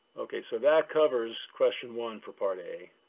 okay, so that covers question one for part a.